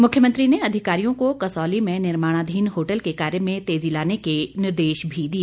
मुख्यमंत्री ने अधिकारियों को कसौली में निमार्णाधीन होटल के कार्य में तेजी लाने के निर्देश भी दिए